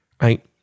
right